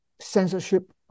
censorship